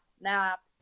nap